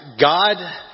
God